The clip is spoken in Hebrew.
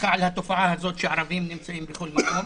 על התופעה הזו שהם נמצאים בכול מקום.